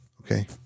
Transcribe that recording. Okay